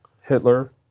Hitler